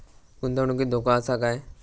गुंतवणुकीत धोको आसा काय?